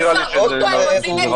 הם עושים את זה.